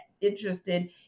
interested